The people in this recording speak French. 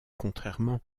contrairement